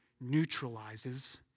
neutralizes